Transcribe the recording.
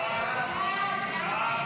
הסתייגות 50 לחלופין ו